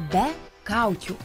be kaukių